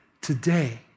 today